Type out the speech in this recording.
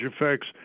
effects